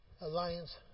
Alliance